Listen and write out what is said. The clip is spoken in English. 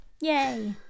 yay